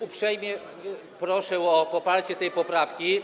Uprzejmie proszę o poparcie tej poprawki.